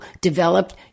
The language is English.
developed